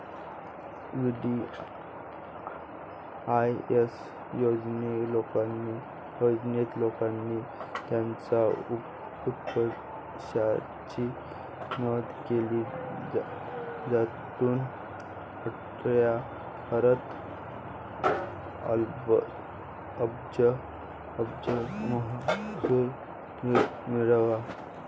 VDIS योजनेत, लोकांनी त्यांच्या उत्पन्नाची नोंद केली, ज्यातून अठ्ठ्याहत्तर अब्ज महसूल मिळाला